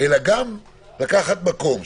אלא גם לקחת מקום,